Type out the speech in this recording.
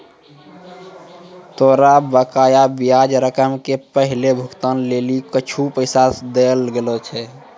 तोरा बकाया ब्याज रकम के पहिलो भुगतान लेली कुछुए पैसा दैयल लगथा